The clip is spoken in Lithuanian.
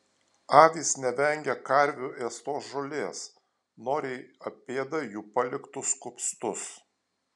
avys nevengia karvių ėstos žolės noriai apėda jų paliktus kupstus